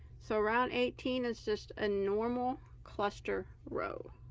so round eighteen is just a normal cluster row